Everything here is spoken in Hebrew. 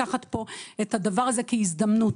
-- לעמוד כאן תחת ביקורת ושאלות קשות.